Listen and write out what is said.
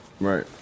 Right